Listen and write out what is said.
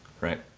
Right